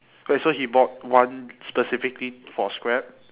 wait so he bought one specifically for scrap